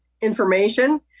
information